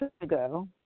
ago